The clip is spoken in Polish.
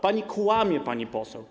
Pani kłamie, pani poseł.